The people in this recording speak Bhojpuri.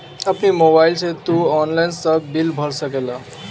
अपनी मोबाइल से तू ऑनलाइन सब बिल भर सकेला